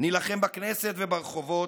נילחם בכנסת וברחובות,